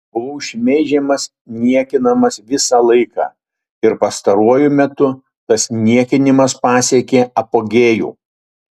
buvau šmeižiamas niekinamas visą laiką ir pastaruoju metu tas niekinimas pasiekė apogėjų